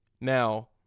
Now